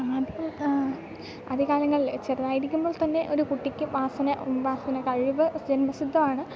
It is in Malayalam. ആദ്യ ആദ്യ കാലങ്ങളിൽ ചെറുതായിരിക്കുമ്പോൾ തന്നെ ഒരു കുട്ടിക്ക് വാസന വാസന കഴിവ് ജന്മസിദ്ധമാണ്